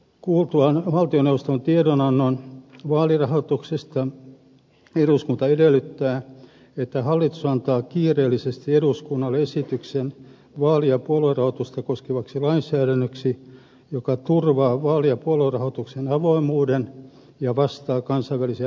kuultuaan valtioneuvoston tiedonannon vaalirahoituksesta eduskunta edellyttää että hallitus antaa kiireellisesti eduskunnalle esityksen vaali ja puoluerahoitusta koskevaksi lainsäädännöksi joka turvaa vaali ja puoluerahoituksen avoimuuden ja vastaa kansainvälisiä velvoitteita